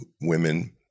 women